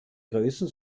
größen